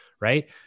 right